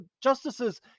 justices